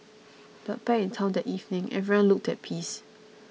but back in town that evening everyone looked at peace